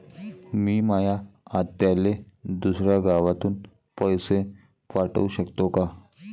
मी माया आत्याले दुसऱ्या गावातून पैसे पाठू शकतो का?